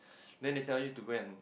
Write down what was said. then they tell you to go and